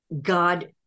God